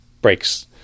breaks